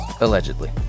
Allegedly